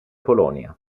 polonia